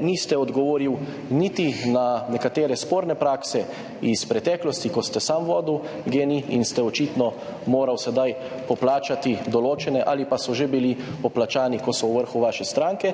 niste odgovorili niti na nekatere sporne prakse iz preteklosti, ko ste sami vodili GEN-I in ste očitno morali sedaj poplačati določene ali pa so že bili poplačani [tisti], ki so v vrhu vaše stranke?